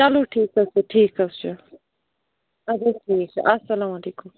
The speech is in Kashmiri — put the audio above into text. چلو ٹھیٖک حَظ چھُ ٹھیٖک حَظ چھُ اَدٕ حَظ ٹھیٖک چھُ اسلام علیکُم